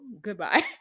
goodbye